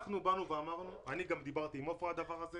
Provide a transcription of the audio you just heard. אנחנו באנו ואמרנו אני גם דיברתי עם עפרה על הדבר הזה